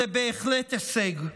זה בהחלט הישג.